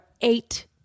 eight